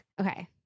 okay